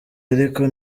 ariko